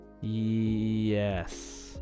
Yes